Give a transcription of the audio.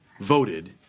voted